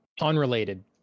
Unrelated